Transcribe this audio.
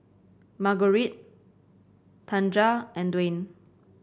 Margurite Tanja and Dwayne